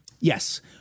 Yes